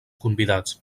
convidats